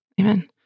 Amen